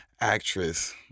Actress